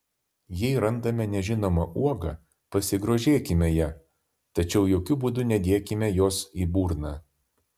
jei randame nežinomą uogą pasigrožėkime ja tačiau jokiu būdu nedėkime jos į burną